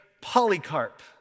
Polycarp